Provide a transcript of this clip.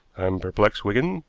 i'm perplexed, wigan,